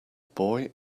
boy